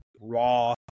raw